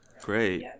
great